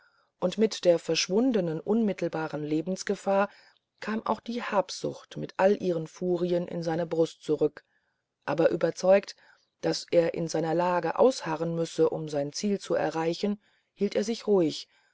und mit der verschwundenen unmittelbaren lebensgefahr kam auch die habsucht mit all ihren furien in seine brust zurück aber überzeugt daß er in seiner lage ausharren müsse um sein ziel zu erreichen hielt er sich ruhig